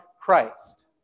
Christ